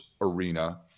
arena